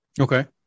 Okay